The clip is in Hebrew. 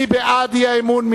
מי בעד האי-אמון?